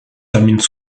terminent